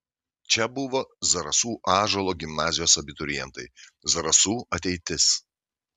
čia buvo zarasų ąžuolo gimnazijos abiturientai zarasų ateitis